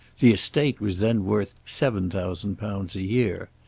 the estate was then worth seven thousand pounds a year.